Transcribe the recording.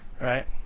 right